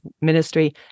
ministry